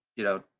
you know,